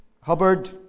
Hubbard